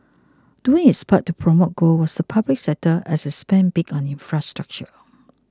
doing its part to promote growth was the public sector as it spent big on infrastructure